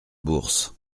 bourse